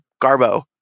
Garbo